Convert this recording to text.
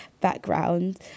background